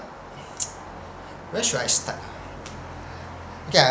where should I start ah okay I